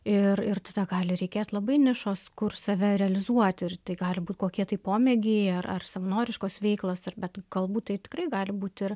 ir ir tada gali reikėt labai nišos kur save realizuoti ir tai gali būt kokie tai pomėgiai ar ar savanoriškos veiklos arba galbūt tai tikrai gali būt ir